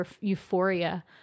euphoria